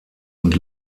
und